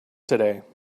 today